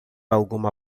alguma